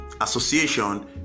Association